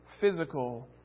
physical